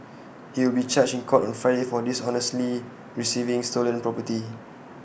he will be charged in court on Friday for dishonestly receiving stolen property